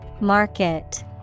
Market